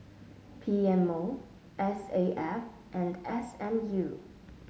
P M O S A F and S M U